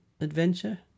adventure